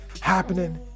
happening